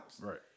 Right